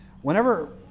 whenever